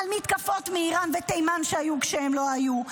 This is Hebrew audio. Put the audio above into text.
על מתקפות מאיראן ותימן שהיו כשהן לא היו,